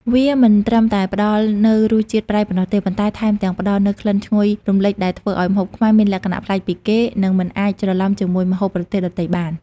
វាមិនត្រឹមតែផ្តល់នូវរសជាតិប្រៃប៉ុណ្ណោះទេ ប៉ុន្តែថែមទាំងផ្តល់នូវក្លិនឈ្ងុយរំលេចដែលធ្វើឱ្យម្ហូបខ្មែរមានលក្ខណៈប្លែកពីគេ និងមិនអាចច្រឡំជាមួយម្ហូបប្រទេសដទៃបាន។